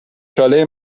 چاله